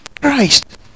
Christ